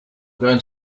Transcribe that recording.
going